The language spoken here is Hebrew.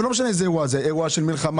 ולא משנה איזה מין אירוע: אירוע של מלחמה,